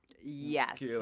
yes